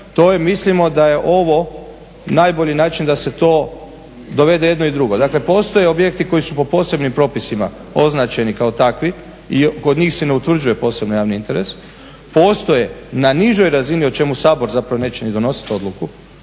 mislimo da je ovo najbolji način da se to dovede jedno i drugo. Dakle, postoje objekti koji su po posebnim propisima označeni kao takvi, i kod njih se ne utvrđuje posebno javni interes, postoje na nižoj razini o čemu Sabor zapravo neće ni donositi odluku